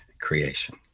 creation